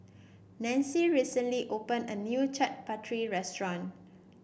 Nanci recently opened a new Chaat Papri restaurant